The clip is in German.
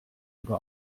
ihre